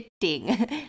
fitting